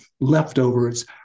leftovers